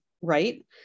right